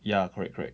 ya correct correct